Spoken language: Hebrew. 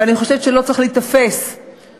אבל אני חושבת שלא צריך להיתפס לכמה